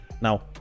now